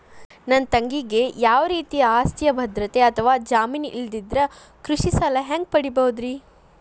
ನನ್ನ ತಂಗಿಗೆ ಯಾವ ರೇತಿಯ ಆಸ್ತಿಯ ಭದ್ರತೆ ಅಥವಾ ಜಾಮೇನ್ ಇಲ್ಲದಿದ್ದರ ಕೃಷಿ ಸಾಲಾ ಹ್ಯಾಂಗ್ ಪಡಿಬಹುದ್ರಿ?